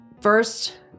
first